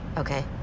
okay.